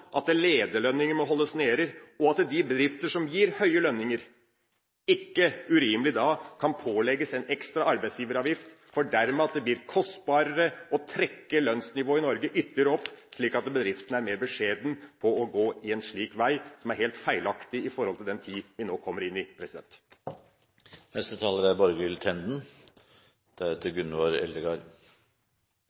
at lederlønningene må holdes nede, og at de bedrifter som gir høye lønninger, ikke urimelig kan pålegges en ekstra arbeidsgiveravgift, for dermed blir det mer kostbart å trekke lønnsnivået i Norge ytterligere opp. Da blir bedriften mer beskjeden med hensyn til å gå en slik vei – som er helt feilaktig i forhold til den tid vi nå kommer inn i. Det er